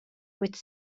with